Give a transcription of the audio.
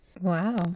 Wow